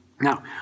Now